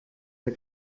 der